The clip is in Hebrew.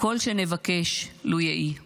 כל שנבקש לו יהי --- אנא,